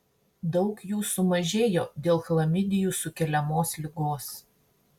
daug jų sumažėjo dėl chlamidijų sukeliamos ligos